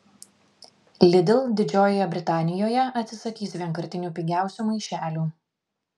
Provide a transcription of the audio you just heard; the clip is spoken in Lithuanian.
lidl didžiojoje britanijoje atsisakys vienkartinių pigiausių maišelių